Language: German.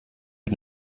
für